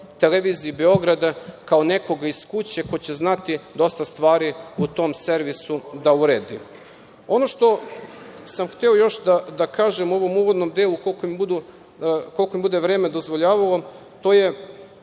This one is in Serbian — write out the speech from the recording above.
Televiziji Beograd, kao nekoga iz kuće ko će znati dosta stvari u tom servisu da uredi. Ono što sam hteo još da kažem, u ovom uvodnom delu, koliko mi bude vreme dozvoljavalo. To je,